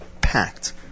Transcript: packed